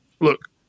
Look